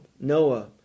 Noah